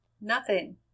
Nothing